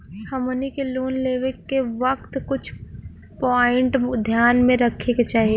हमनी के लोन लेवे के वक्त कुछ प्वाइंट ध्यान में रखे के चाही